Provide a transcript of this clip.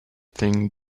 thing